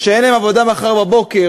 שאין להם עבודה מחר בבוקר,